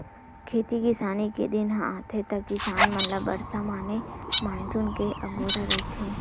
खेती किसानी के दिन ह आथे त किसान मन ल बरसा माने मानसून के अगोरा रहिथे